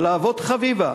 על להבות-חביבה,